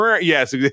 yes